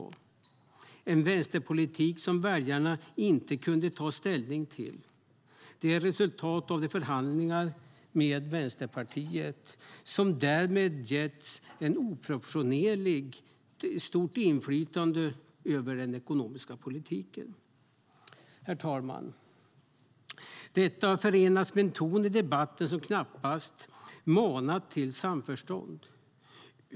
Det är en vänsterpolitik som väljarna inte kunde ta ställning till. Det är resultatet av förhandlingarna med Vänsterpartiet, som därmed getts ett oproportionerligt stort inflytande över den ekonomiska politiken. Herr talman! Detta har förenats med en ton i debatten som knappast manat till samförstånd.